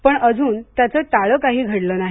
पण अजून त्याचं टाळं काही घडलं नाही